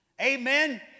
Amen